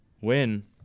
win